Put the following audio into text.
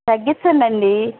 తగ్గించండి అండి